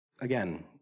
Again